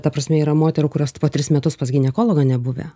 ta prasme yra moterų kurios tipo tris metus pas ginekologą nebuvę